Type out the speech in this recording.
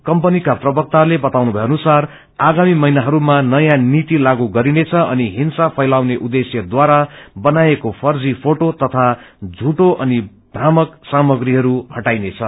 कम्पनीका प्रवक्ताले बताउनु भए अनुसार आगामी महिनाहरूमा नयाँ नीति लागू गरिनेछ अनि हिँसा फैलाउने उद्देश्य ढारा बनाइएको फर्जी फोटो तथा झूठो अनि भ्रामक सामग्रीहरू हटाइनेछ